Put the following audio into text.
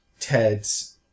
Teds